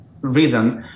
reasons